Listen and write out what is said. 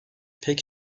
pek